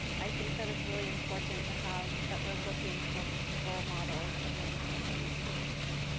i think that it's really important to have that we're looking for role models of language minority students,